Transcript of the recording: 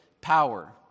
power